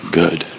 good